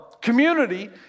community